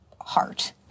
heart